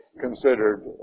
considered